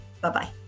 Bye-bye